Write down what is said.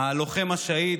"הלוחם השהיד".